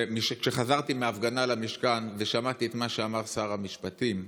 וכשחזרתי מההפגנה למשכן שמעתי את מה שאמר שר המשפטים,